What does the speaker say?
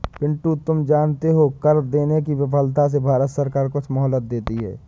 पिंटू तुम जानते हो कर देने की विफलता से भारत सरकार कुछ मोहलत देती है